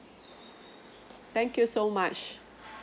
thank you so much